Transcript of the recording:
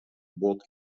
bot